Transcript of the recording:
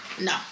No